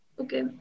Okay